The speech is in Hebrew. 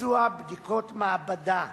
ביצוע בדיקות מעבדה,